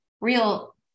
real